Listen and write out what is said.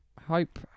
hope